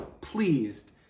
pleased